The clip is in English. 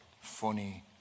funny